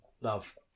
love